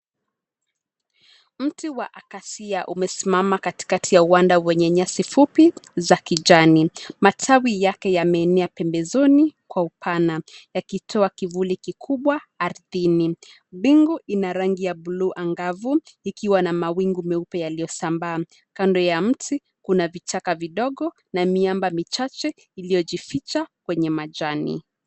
Mti wa Accacia umesimama katikati ya uwanda wenye nyasi fupi za kijani. Matawi yake yameenea pembezoni kwa upana yakitoa kivuli kikubwa ardhini. Mbingu ina rangi ya bluu angavu ikiwa na mawingu meupe yaliyosambaa. Kando ya mti kuna vichaka vidogo na miamba michache iliyojificha kwenye majani.